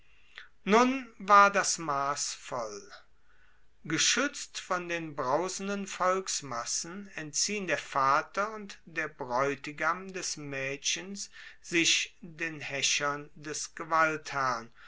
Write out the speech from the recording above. nun war das mass voll geschuetzt von den brausenden volksmassen entziehen der vater und der braeutigam des maedchens sich den haeschern des